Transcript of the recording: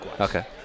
Okay